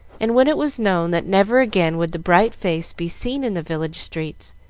and when it was known that never again would the bright face be seen in the village streets,